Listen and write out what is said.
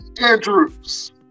Andrews